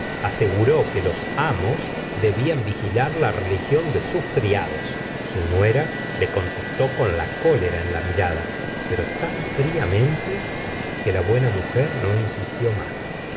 aseguró que los amos debían vigilar la religión de sus criados su nuera le contestó con la cólera en la mirada pero tan fríamente que la buena mujer no insistió más